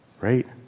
right